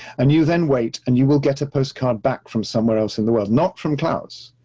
and you then wait, and you will get a postcard back from somewhere else in the world, not from klaus,